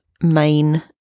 main